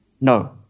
no